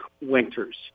Winters